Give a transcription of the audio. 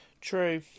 True